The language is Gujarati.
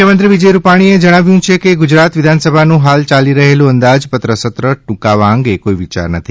મુખ્યમંત્રી વિજય રૂપાણીએ જણાવ્યું છે કે ગુજરાત વિધાનસભાનું હાલ યાલી રહેલું અંદાજપત્ર સત્ર ટુંકાવા અંગે કોઇ વિચાર નથી